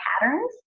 patterns